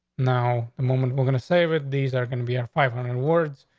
now, the moment we're gonna save these are gonna be a five hundred words.